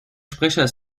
sprecher